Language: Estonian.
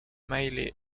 maily